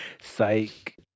Psych